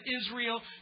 Israel